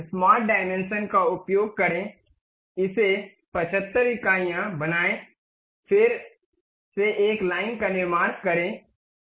smart dimension का उपयोग करें इसे 75 इकाइयां बनाएं फिर से एक लाइन का निर्माण करें वहां जाता है